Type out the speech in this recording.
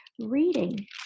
reading